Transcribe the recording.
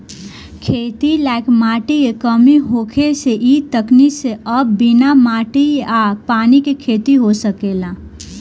खेती लायक माटी के कमी होखे से इ तकनीक से अब बिना माटी आ पानी के खेती हो सकेला